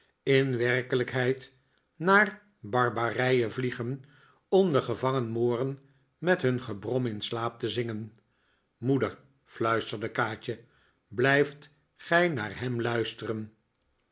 in werkelijkheid naar barbije vliegen om de gevangen mooren met hun gebrom in slaap te zingen moeder fluisterde kaatje blijft gij naar hem luisteren